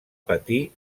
patir